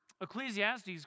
Ecclesiastes